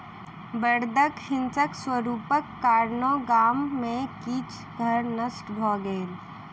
बड़दक हिंसक स्वरूपक कारणेँ गाम में किछ घर नष्ट भ गेल